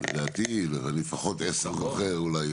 לדעתי זה לפחות עשר שאני זוכר,